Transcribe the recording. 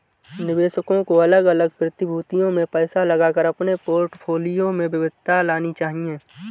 निवेशकों को अलग अलग प्रतिभूतियों में पैसा लगाकर अपने पोर्टफोलियो में विविधता लानी चाहिए